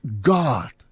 God